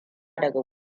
daga